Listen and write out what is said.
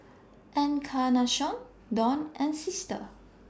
Encarnacion Don and Sister